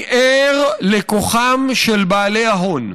אני ער לכוחם של בעלי ההון,